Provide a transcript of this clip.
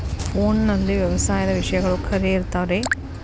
ಫೋನಲ್ಲಿ ವ್ಯವಸಾಯದ ವಿಷಯಗಳು ಖರೇ ಇರತಾವ್ ರೇ?